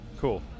Cool